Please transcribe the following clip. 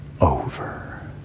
over